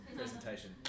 presentation